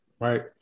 right